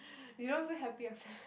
you don't feel happy after that